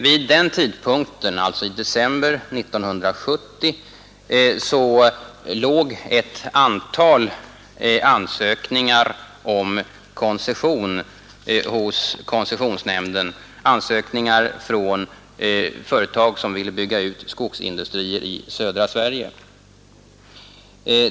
Vid den tidpunkten, alltså i december 1970, låg ett antal ansökningar om koncession hos koncessionsnämnden, ansökningar från företag som ville bygga ut skogsindustrier i södra Sverige.